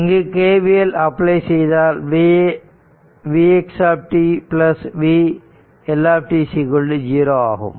இங்கு KVL apply செய்தால் v x t vLt 0 ஆகும்